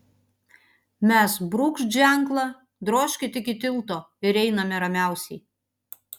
mes brūkšt ženklą drožkit iki tilto ir einame ramiausiai